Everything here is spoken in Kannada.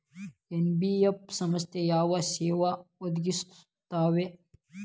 ಎನ್.ಬಿ.ಎಫ್ ಸಂಸ್ಥಾ ಯಾವ ಸೇವಾ ಒದಗಿಸ್ತಾವ?